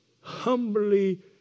humbly